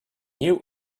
new